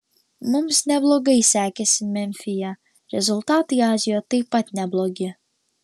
mums neblogai sekėsi memfyje rezultatai azijoje taip pat neblogi